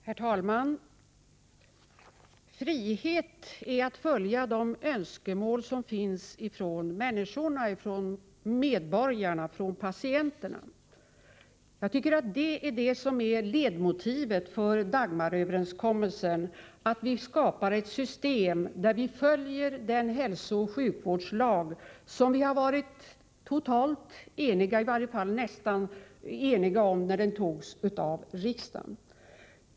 Herr talman! Frihet är att följa de önskemål som finns hos människorna, hos medborgarna, hos patienterna. Det är detta som är ledmotivet för Dagmaröverenskommelsen: vi skapar ett system där vi följer den hälsooch sjukvårdslag som vi har varit nästan eniga om då vi fattade beslut om den i riksdagen.